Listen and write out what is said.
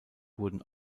wurden